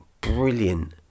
brilliant